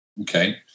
Okay